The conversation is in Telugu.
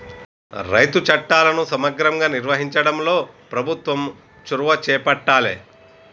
రైతు చట్టాలను సమగ్రంగా నిర్వహించడంలో ప్రభుత్వం చొరవ చేపట్టాలె